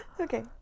okay